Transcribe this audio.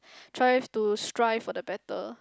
try to strive for the better